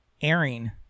airing